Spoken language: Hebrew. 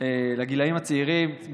לגילים הצעירים,